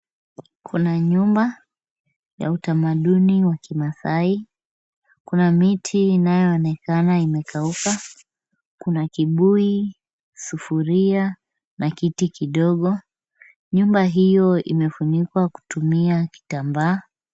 Kuna nyumba ya utamaduni wa kimaasai. Kuna miti inayo onekana imekauka. Kuna kibuyu, sufuria na kiti kidogo. Nyumba hiyo imefunikwa kutumia kitambaa.